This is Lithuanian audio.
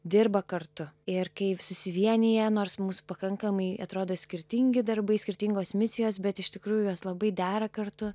dirba kartu ir kai susivienija nors mūsų pakankamai atrodo skirtingi darbai skirtingos misijos bet iš tikrųjų jos labai dera kartu